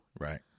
Right